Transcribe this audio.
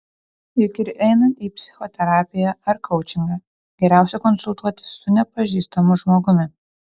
juk ir einant į psichoterapiją ar koučingą geriausia konsultuotis su nepažįstamu žmogumi